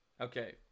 Okay